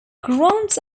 grants